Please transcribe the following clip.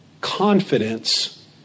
confidence